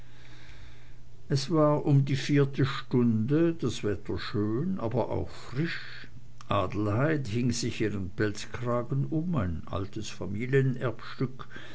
es war um die vierte stunde das wetter schön aber auch frisch adelheid hing sich ihren pelzkragen um ein altes familienerbstück